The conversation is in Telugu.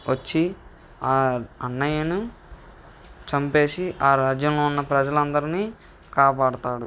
వచ్చి ఆ అన్నయ్యను చంపేసి ఆ రాజ్యంలో ఉన్న ప్రజలందరినీ కాపాడతాడు